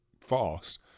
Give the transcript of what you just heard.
fast